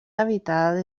habitada